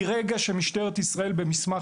אנחנו מכירים את המגבלות של אנונימיות,